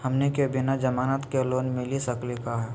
हमनी के बिना जमानत के लोन मिली सकली क हो?